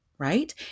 right